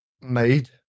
made